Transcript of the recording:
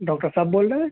doctor صاحب بول رہے ہیں